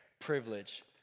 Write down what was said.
privilege